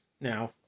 Now